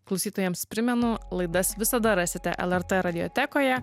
klausytojams primenu laidas visada rasite lrt radiotekoje